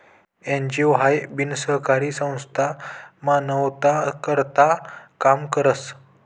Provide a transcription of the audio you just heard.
NGO हाई बिनसरकारी संस्था मानवताना करता काम करस